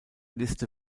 liste